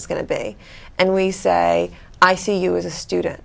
is going to be and we say i see you as a student